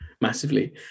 Massively